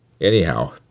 Anyhow